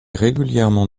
régulièrement